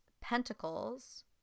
pentacles